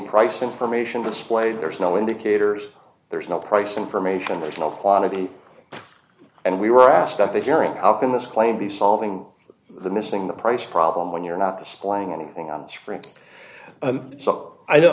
price information displayed there's no indicators there's no price information there's no quantity and we were asked at the hearing how can this claim be solving the missing the price problem when you're not displaying